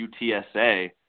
UTSA